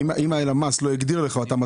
אם הלמ"ס לא הגדיר לך אותם?